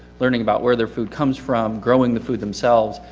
learning about where their food comes from, growing the food themselves,